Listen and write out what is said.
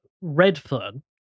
Redfern